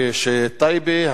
כשטייבה,